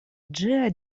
ĝia